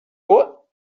what